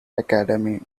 academy